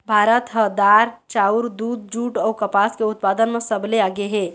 भारत ह दार, चाउर, दूद, जूट अऊ कपास के उत्पादन म सबले आगे हे